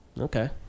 Okay